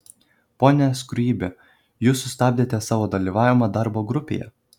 pone skruibi jūs sustabdėte savo dalyvavimą darbo grupėje